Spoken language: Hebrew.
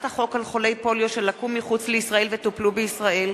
(החלת החוק על חולי פוליו שלקו מחוץ לישראל וטופלו בישראל),